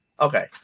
okay